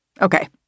Okay